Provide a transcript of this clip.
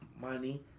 money